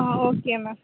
ah okay ma'am